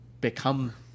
become